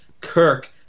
Kirk